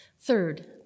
Third